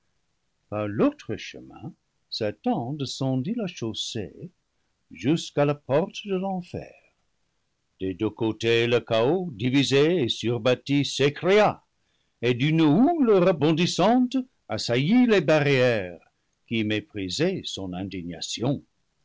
par l'autre chemin satan descendit la chaussée jusqu'à la porte de l'enfer des deux côtés le chaos divisé et surbâti s'écria et d'une houle rebondissante assaillit les barrières qui méprisaient son indignation